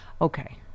Okay